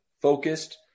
focused